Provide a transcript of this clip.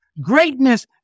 Greatness